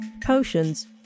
potions